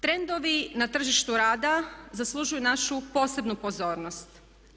Trendovi na tržištu rada zaslužuju našu posebnu pozornost.